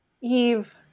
Eve